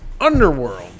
Underworld